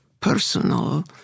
personal